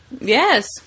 Yes